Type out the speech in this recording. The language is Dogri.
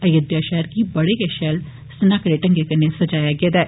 अयोध्या शैहर गी बड़े शैल शनाकड़े ढंगै कन्नै सज्जाया गेदा ऐ